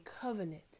covenant